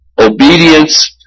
obedience